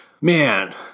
man